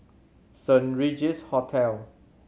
Saint Regis Hotel